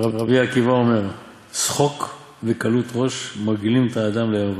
"רבי עקיבא אומר: שחוק וקלות ראש מרגילין" את האדם "לערווה.